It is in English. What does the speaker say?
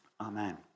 Amen